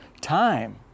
time